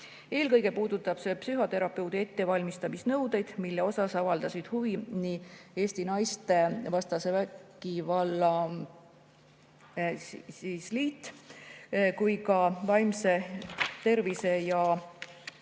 Eelkõige puudutab see psühhoterapeudi ettevalmistamise nõudeid, mille vastu avaldasid huvi nii Eesti Naistevastase Vägivalla Liit kui ka Vaimse Tervise ja